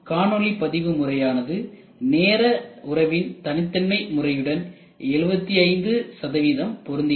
காணொளிப்பதிவு முறையானது நேர உறவின்தனித்தன்மை முறையுடன் 75 பொருந்துகிறது